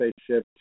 spaceship